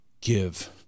give